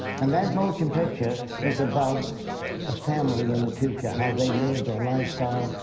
and that motion picture is about a family in the future, how they live, their lifestyle.